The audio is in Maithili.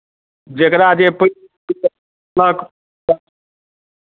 जकरा जे पै पैसा देलक